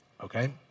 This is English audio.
okay